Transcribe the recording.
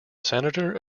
senator